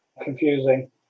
confusing